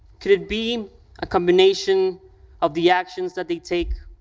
could it be a combination of the actions that they take,